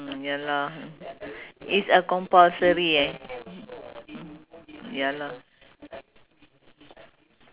but noodle also can but if let's say at home I eat rice already so outside I try something noodles ah and not so heavy also